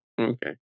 Okay